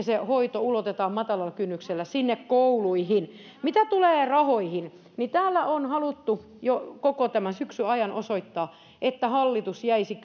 se hoito ulotetaan matalalla kynnyksellä kouluihin mitä tulee rahoihin niin täällä on haluttu jo koko tämän syksyn ajan osoittaa että hallitus jäisi